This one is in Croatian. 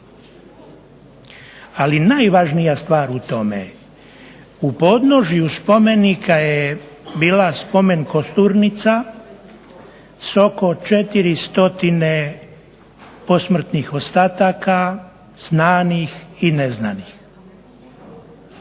Ali najvažnija stvar u tome, u podnožju spomenika je bila spomen kosturnica s oko 400 posmrtnih ostataka znanih i neznanih.